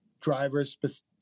drivers